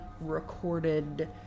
recorded